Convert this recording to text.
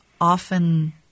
often